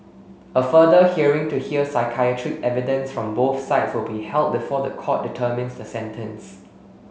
a further hearing to hear psychiatric evidence from both sides will be held before the court determines the sentence